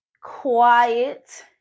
quiet